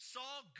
Saul